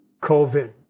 COVID